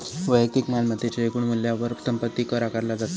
वैयक्तिक मालमत्तेच्या एकूण मूल्यावर संपत्ती कर आकारला जाता